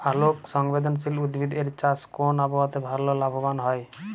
আলোক সংবেদশীল উদ্ভিদ এর চাষ কোন আবহাওয়াতে ভাল লাভবান হয়?